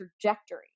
trajectory